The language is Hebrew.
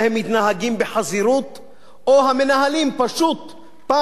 או שהמנהלים פשוט פעם אחר פעם מרסקים את המקום.